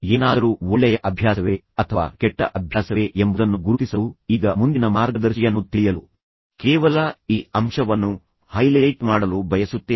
ಏನಾದರೂ ಒಳ್ಳೆಯ ಅಭ್ಯಾಸವೇ ಅಥವಾ ಕೆಟ್ಟ ಅಭ್ಯಾಸವೇ ಎಂಬುದನ್ನು ಗುರುತಿಸಲು ಈಗ ಮುಂದಿನ ಮಾರ್ಗದರ್ಶಿಯನ್ನು ತಿಳಿಯಲು ಕೇವಲ ಈ ಅಂಶವನ್ನು ಹೈಲೈಟ್ ಮಾಡಲು ಬಯಸುತ್ತೇನೆ